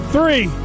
Three